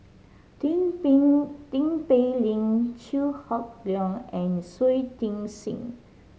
Tin Pei Tin Pei Ling Chew Hock Leong and Shui Tit Sing